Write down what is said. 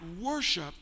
worship